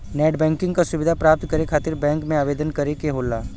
net banking क सुविधा प्राप्त करे खातिर बैंक में आवेदन करे क होला